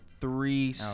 three